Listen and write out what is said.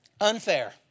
Unfair